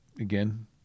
again